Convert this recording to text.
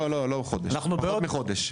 לא, לא, פחות מחודש.